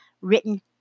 written